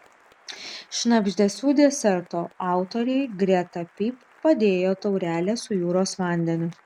šnabždesių deserto autoriai greta pyp padėjo taurelę su jūros vandeniu